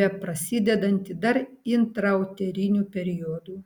beprasidedanti dar intrauteriniu periodu